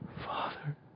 Father